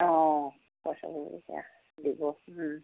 অঁ পইচাটো তেতিয়া দিব